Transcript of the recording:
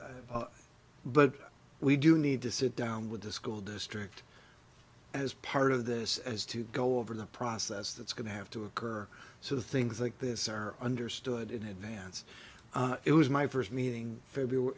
opinion but we do need to sit down with the school district as part of this as to go over the process that's going to have to occur so the things like this are understood in advance it was my first meeting in february